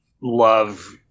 love